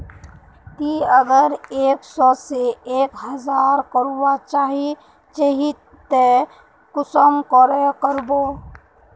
ती अगर एक सो से एक हजार करवा चाँ चची ते कुंसम करे करबो?